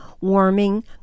warming